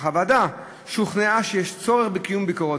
אך הוועדה שוכנעה שיש צורך בקיום ביקורות